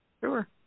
Sure